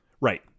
Right